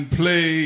play